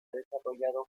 desarrollado